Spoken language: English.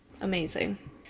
amazing